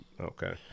Okay